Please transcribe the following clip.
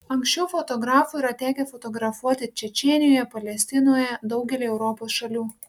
anksčiau fotografui yra tekę fotografuoti čečėnijoje palestinoje daugelyje europos šalių